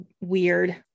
weird